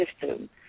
system